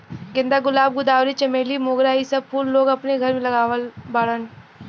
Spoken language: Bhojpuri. गेंदा, गुलाब, गुलदावरी, चमेली, मोगरा इ सब फूल लोग अपने घरे लगावत बाड़न